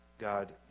God